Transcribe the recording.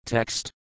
Text